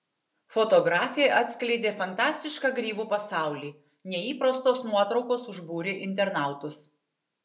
fotografė atskleidė fantastišką grybų pasaulį neįprastos nuotraukos užbūrė internautus